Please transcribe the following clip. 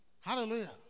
Hallelujah